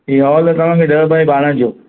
इहा हॉल आहे तव्हांखे ॾह बाए ॿारहं जो